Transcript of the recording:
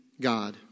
God